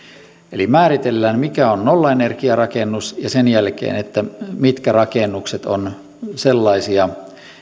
eli määritellään mikä on nollaenergiarakennus ja sen jälkeen mitkä rakennukset ovat sellaisia